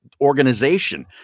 organization